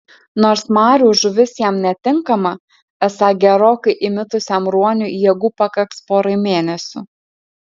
nors marių žuvis jam netinkama esą gerokai įmitusiam ruoniui jėgų pakaks porai mėnesių